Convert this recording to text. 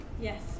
Yes